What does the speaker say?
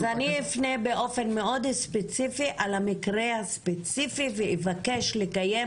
אז אני אפנה באופן מאוד ספציפי על המקרה הספציפי ואבקש לקיים